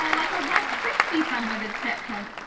and like a rice krispie someone had stepped on,